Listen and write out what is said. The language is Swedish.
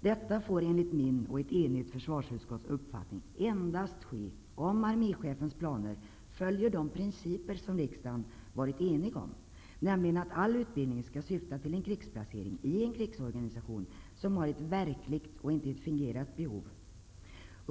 Detta får enligt min och ett enigt försvarsutskotts uppfattning ske endast om arme chefens planer följer de principer som riksdagen varit enig om, nämligen att all utbildning skall syfta till en krigsplacering i en krigsorganisation som har ett verkligt och inte ett fingerat behov.